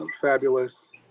fabulous